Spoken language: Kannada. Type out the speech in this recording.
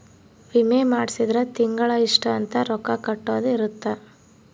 ವಿಮೆ ಮಾಡ್ಸಿದ್ರ ತಿಂಗಳ ಇಷ್ಟ ಅಂತ ರೊಕ್ಕ ಕಟ್ಟೊದ ಇರುತ್ತ